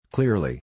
Clearly